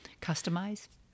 customize